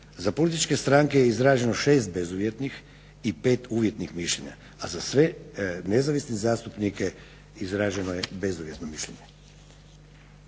Za političke stranke je izraženo 6 bezuvjetnih i 5 uvjetnih mišljenja, a za sve nezavisne zastupnike izraženo je bezuvjetno mišljenje.